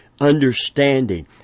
understanding